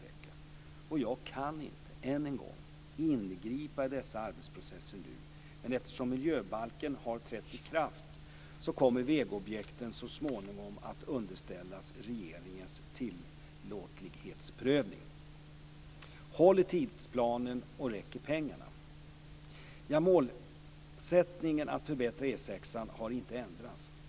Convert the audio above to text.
Jag kan inte nu - jag säger det än en gång - ingripa i dessa arbetsprocesser, men eftersom miljöbalken har trätt i kraft kommer vägobjekten så småningom att underställas regeringens tillåtlighetsprövning. Håller tidsplanen, och räcker pengarna? Målsättningen att förbättra E 6:an har inte ändrats.